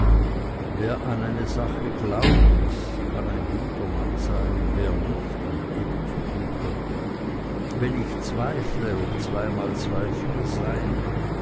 wer an eine sache glaubt kann ein guter mann sein wer nicht ein ebenso guter wenn ich zweifle ob zwei mal zwei vier seien